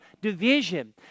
division